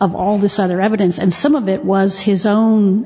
of all this other evidence and some of it was his own